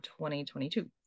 2022